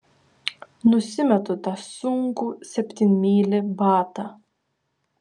nusimetu tą sunkų septynmylį batą